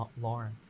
Lauren